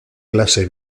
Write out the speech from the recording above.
clase